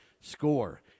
score